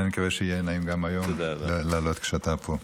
אני מקווה שיהיה נעים גם היום לעלות כשאתה פה.